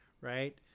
right